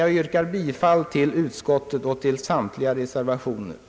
Jag yrkar bifall till samtliga reservationer samt i övrigt till utskottets hemställan.